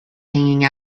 hanging